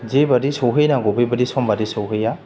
जेबादि सहैनांगौ बेबादि सम बादि सहैया